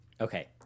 Okay